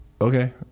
okay